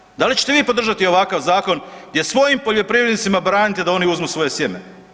Slavonci, da li ćete vi podržati ovakav zakon gdje svojim poljoprivrednicima branite da oni uzmu svoje sjeme?